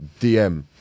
DM